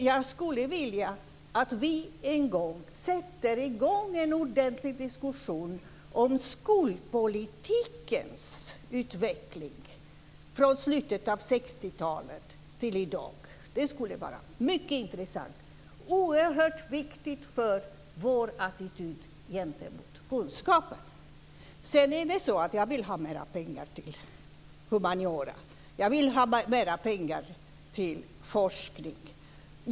Jag skulle vilja att vi sätter i gång en ordentlig diskussion om skolpolitikens utveckling från slutet av 60-talet till i dag. Det skulle vara mycket intressant och oerhört viktigt för vår attityd gentemot kunskapen. Sedan är det så att jag vill ha mera pengar till humaniora. Jag vill ha mera pengar till forskning.